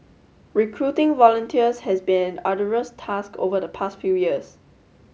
recruiting volunteers has been an arduous task over the past few years